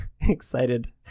excited